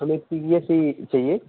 हमें T V S ही चहिये